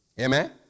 Amen